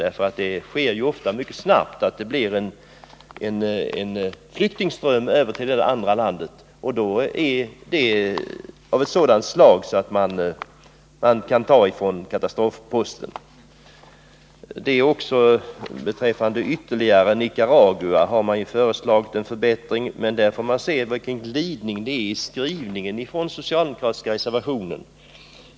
En flyktingström över till det andra landet kan ju uppstå mycket snabbt, och detta är en händelse av ett sådant slag att man kan ta från katastrofposten. Även när det gäller Nicaragua har man förslagit en förbättring. Men där kan man iaktta en glidning i skrivningen i den socialdemokratiska reservationen.